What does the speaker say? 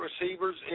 receivers